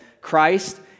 Christ